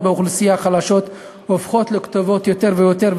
באוכלוסיות החלשות הופכות לכתובות יותר ויותר,